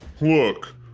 Look